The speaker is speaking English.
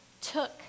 took